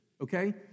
Okay